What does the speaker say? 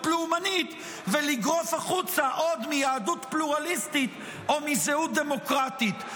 לאומנית ולגרוף החוצה עוד מיהדות פלורליסטית או מזהות דמוקרטית,